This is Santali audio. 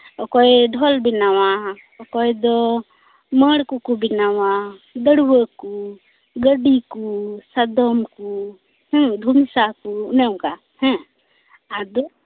ᱚᱠᱚᱭ ᱰᱷᱚᱞ ᱵᱮᱱᱟᱣᱟ ᱚᱠᱚᱭ ᱫᱚ ᱢᱟᱹᱲ ᱠᱚᱠᱚ ᱵᱮᱱᱟᱣᱟ ᱫᱟᱹᱲᱣᱟᱹᱠᱚ ᱜᱟᱰᱤ ᱠᱚ ᱥᱟᱫᱚᱢ ᱠᱚ ᱦᱮᱸ ᱫᱷᱟᱢᱥᱟ ᱠᱚ ᱚᱱᱮ ᱚᱱᱠᱟ ᱦᱮᱸ ᱟᱫᱚ